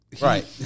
Right